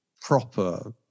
proper